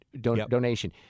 donation